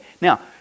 Now